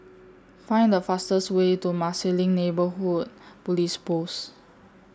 Find The fastest Way to Marsiling Neighbourhood Police Post